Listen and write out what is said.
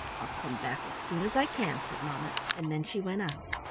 i'll come back as soon as i can, said mamma, and then she went out.